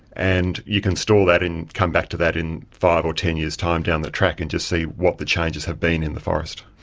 and you can store that and come back to that in five or ten years' time down the track and just see what the changes have been in the forest.